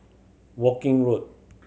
Woking Road